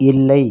இல்லை